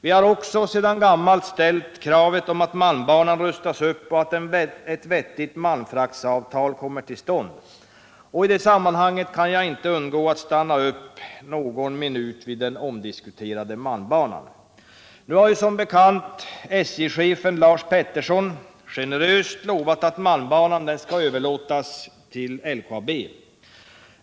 Vi har också, sedan gammalt, ställt kravet på att malmbanan rustas upp och att ett vettigt malmfraktavtal kommer till stånd. I det sammanhanget kan jag inte undgå att stanna någon minut vid den omdiskuterade malmbanan. Nu har, som bekant, SJ-chefen Lars Peterson generöst lovat att malmbanan skall överlåtas till LKAB.